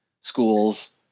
schools